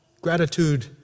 gratitude